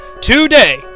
today